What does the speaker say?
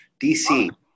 DC